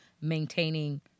maintaining